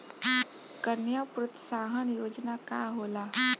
कन्या प्रोत्साहन योजना का होला?